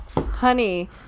honey